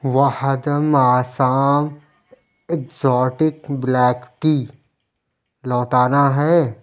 واہدم Assam exotic black tea لوٹانا ہے